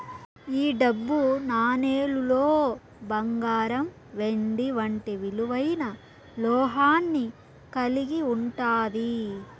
ఈ డబ్బు నాణేలులో బంగారం వెండి వంటి విలువైన లోహాన్ని కలిగి ఉంటాది